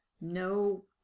no